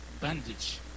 bandage